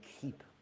keep